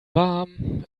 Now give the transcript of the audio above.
warm